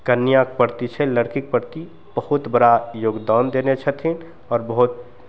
कन्याके प्रति छै लड़कीके प्रति बहुत बड़ा योगदान देने छथिन आओर बहुत